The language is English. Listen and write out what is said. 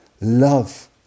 Love